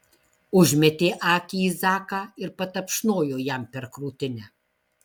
užmetė akį į zaką ir patapšnojo jam per krūtinę